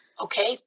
Okay